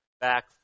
back